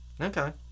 Okay